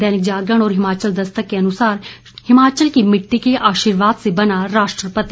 दैनिक जागरण और हिमाचल दस्तक के अनुसार हिमाचल की मिटटी के आशीर्वाद से बना राष्ट्रपति